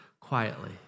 quietly